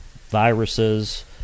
viruses